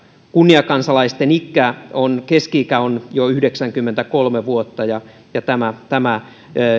kunniakansalaisten keski ikä on jo yhdeksänkymmentäkolme vuotta ja ja tämä tämä